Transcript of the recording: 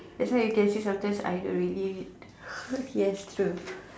that's why you can say sometimes I don't really yes true